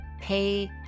Pay